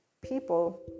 people